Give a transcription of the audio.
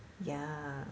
ya